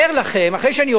אחרי שאני עובר משרון,